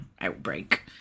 outbreak